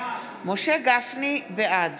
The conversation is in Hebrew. בעד